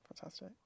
Fantastic